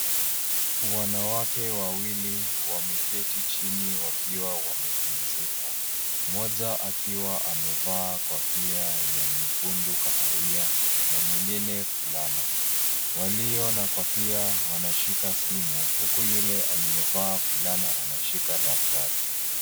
Wanawake wawili wameketi chini wakiwa wamepumzika. Mmoja akiwa amevaa kofia ya nyekundu kahawia na mwingine fulana. Walio na kofia wanashika simu, huku yule aliyevaa fulana anashika daftari.